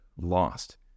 lost